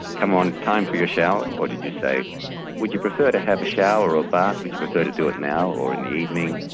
come on, it's time for your shower, or did you say would you prefer to have a shower or a bath, would you prefer to do it now or in the evening,